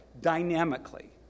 dynamically